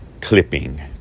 clipping